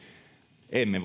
emme